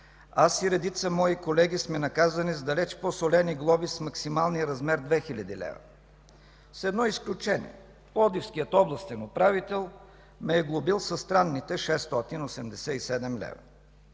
аз и редица мои колеги сме наказани с далеч по-солени глоби с максималния размер 2 хиляди лева, с едно изключение – пловдивският областен управител ме е глобил със странните 687 лв.